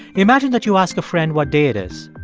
imagine that you ask a friend what day it is.